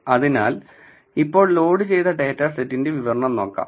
അതിനാൽ ഇപ്പോൾ ലോഡ് ചെയ്ത ഡാറ്റാ സെറ്റിന്റെ വിവരണം നോക്കാം